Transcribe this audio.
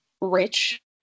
rich